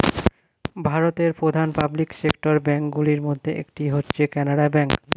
ভারতের প্রধান public sector bank গুলির মধ্যে একটি হচ্ছে কানারা ব্যাঙ্ক